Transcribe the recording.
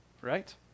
right